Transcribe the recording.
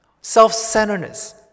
self-centeredness